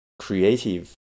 Creative